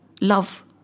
love